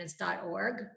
org